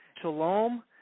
shalom